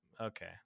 Okay